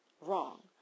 Wrong